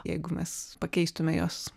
jeigu mes pakeistume juos